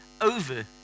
over